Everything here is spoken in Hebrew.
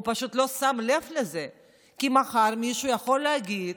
הוא פשוט לא שם לב לזה, כי מחר מישהו יכול להגיד